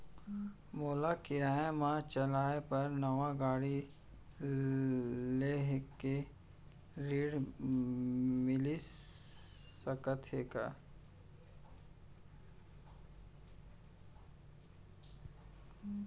मोला किराया मा चलाए बर नवा गाड़ी लेहे के ऋण मिलिस सकत हे का?